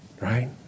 right